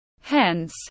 Hence